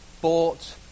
bought